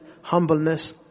humbleness